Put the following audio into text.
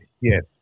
yes